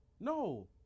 No